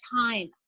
time